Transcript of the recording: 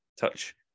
touch